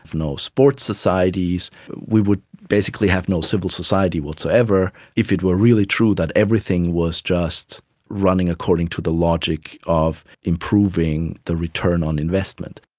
no sports societies. we would basically have no civil society whatsoever if it were really true that everything was just running according to the logic of improving the return on investment.